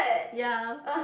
ya